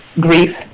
grief